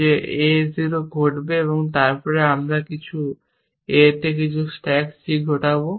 যে A 0 ঘটবে তারপর আমরা A থেকে কিছু স্ট্যাক c ঘটবে